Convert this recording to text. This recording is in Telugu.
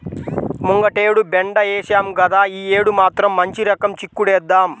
ముంగటేడు బెండ ఏశాం గదా, యీ యేడు మాత్రం మంచి రకం చిక్కుడేద్దాం